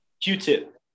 Q-Tip